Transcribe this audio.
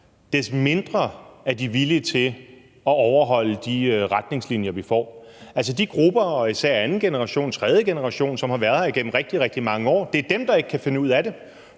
des mindre er de villige til at overholde de retningslinjer, vi får. Altså, det er de grupper og især anden generation og tredje generation, som har været her igennem rigtig, rigtig mange år, der ikke kan finde ud af det,